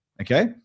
okay